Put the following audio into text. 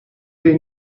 dei